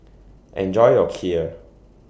Enjoy your Kheer